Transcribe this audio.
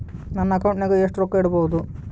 ನನ್ನ ಅಕೌಂಟಿನಾಗ ಎಷ್ಟು ರೊಕ್ಕ ಇಡಬಹುದು?